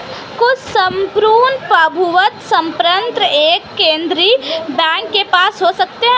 कुछ सम्पूर्ण प्रभुत्व संपन्न एक केंद्रीय बैंक के पास हो सकते हैं